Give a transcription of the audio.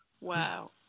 Wow